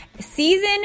Season